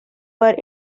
were